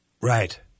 Right